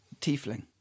Tiefling